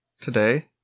today